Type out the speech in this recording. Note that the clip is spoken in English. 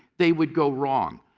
they would go wrong.